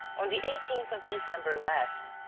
on the eighth of december last,